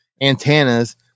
antennas